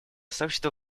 сообщество